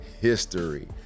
history